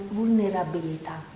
vulnerabilità